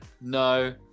No